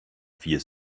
vier